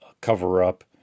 cover-up